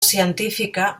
científica